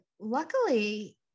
luckily